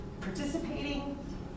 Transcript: participating